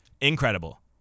incredible